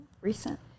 Recent